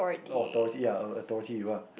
authority ya authority you ah